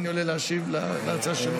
אחרי זה אני עולה להשיב על ההצעה שלו?